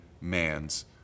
man's